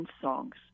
songs